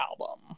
album